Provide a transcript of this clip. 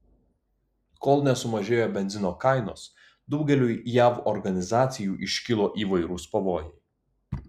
kol nesumažėjo benzino kainos daugeliui jav organizacijų iškilo įvairūs pavojai